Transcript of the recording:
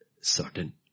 certain